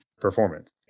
performance